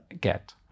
get